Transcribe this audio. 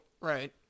Right